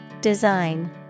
Design